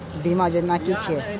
बीमा योजना कि छिऐ?